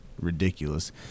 ridiculous